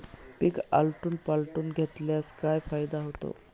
पीक आलटून पालटून घेतल्यास काय फायदा होतो?